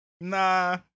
Nah